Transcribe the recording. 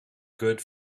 good